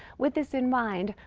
with this in mind,